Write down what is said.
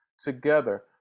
together